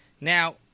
Now